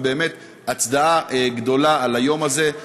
ובאמת הצדעה גדולה על היום הזה,